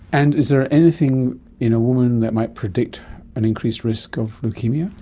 and is there anything in a woman that might predict an increased risk of leukaemia?